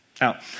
Now